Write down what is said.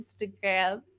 Instagram